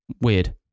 Weird